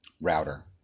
router